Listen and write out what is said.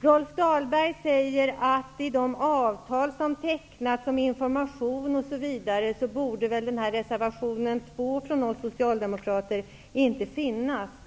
Rolf Dahlberg sade att i och med de avtal som tecknas om information, borde reservation 2 från oss socialdemokrater vara överflödig.